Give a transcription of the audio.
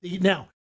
now